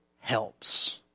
helps